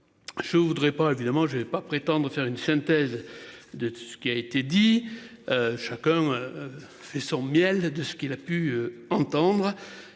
Je voudrais pas évidemment je avais pas prétendre à faire une synthèse de tout ce qui a été dit. Chacun. Fait son miel de ce qu'il a pu entendre,